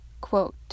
Quote